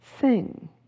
sing